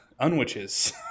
unwitches